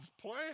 plan